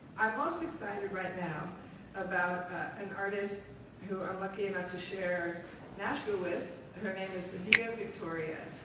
i'm most excited right now about an artist who i'm lucky enough to share nashville with. her name is adia victoria.